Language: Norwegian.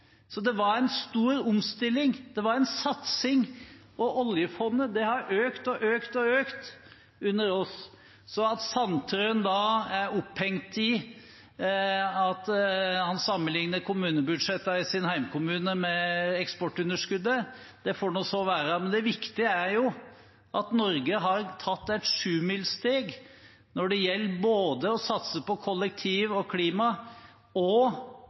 Det var en stor omstilling, det var en satsing, og oljefondet har økt og økt og økt under oss. Så at Sandtrøen er opphengt i å sammenligne kommunebudsjettene i hjemkommunen sin med eksportunderskuddet, det får nå så være. Det viktige er at Norge har tatt et sjumilssteg når det gjelder både å satse på kollektiv og klima og